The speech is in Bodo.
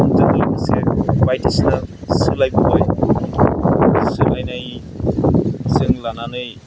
जा लोगोसे जा सोलायबोबाय सोलायनायजों लानानै